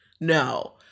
no